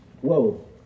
whoa